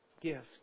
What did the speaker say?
gift